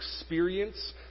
experience